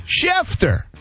Schefter